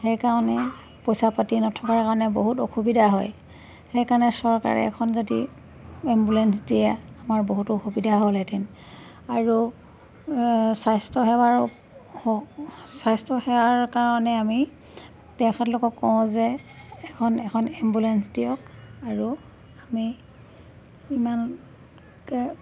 সেইকাৰণে পইচা পাতি নথকাৰ কাৰণে বহুত অসুবিধা হয় সেইকাৰণে চৰকাৰে এখন যদি এম্বুলেঞ্চ দিয়ে আমাৰ বহুতো অসুবিধা হ'ল হেঁতেন আৰু স্বাস্থ্যসেৱাৰ স্বাস্থ্যসেৱাৰ কাৰণে আমি তেখেতলোকক কওঁ যে এখন এখন এম্বুলেঞ্চ দিয়ক আৰু আমি ইমানকৈ